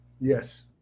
Yes